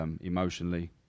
Emotionally